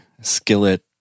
Skillet